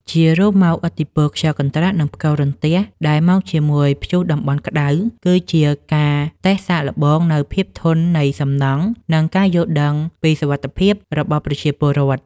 ជារួមមក ឥទ្ធិពលខ្យល់កន្ត្រាក់ និងផ្គររន្ទះដែលមកជាមួយព្យុះតំបន់ក្ដៅ គឺជាការតេស្តសាកល្បងនូវភាពធន់នៃសំណង់ និងការយល់ដឹងពីសុវត្ថិភាពរបស់ប្រជាពលរដ្ឋ។